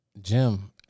Jim